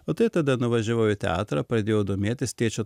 o tai tada nuvažiavau į teatrą pradėjau domėtis tėčio